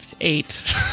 Eight